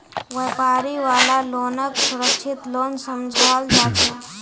व्यापारी वाला लोनक सुरक्षित लोन समझाल जा छे